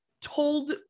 told